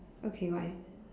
okay why